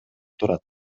турат